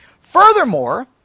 Furthermore